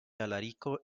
alarico